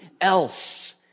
else